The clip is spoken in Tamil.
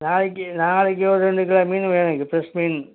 நாளைக்கு நாளைக்கு ஒரு ரெண்டு கிலோ மீன் வேணுங்க ஃப்ரெஷ் மீன்